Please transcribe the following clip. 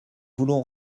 voulons